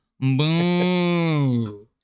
Boom